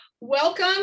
Welcome